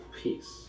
peace